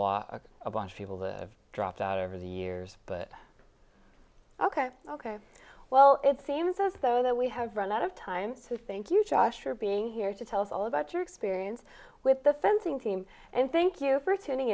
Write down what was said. of a bunch of people that have dropped out over the years but ok ok well it seems as though that we have run out of time so thank you josh for being here to tell us all about your experience with the fencing team and thank you for t